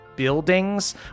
Buildings